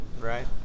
right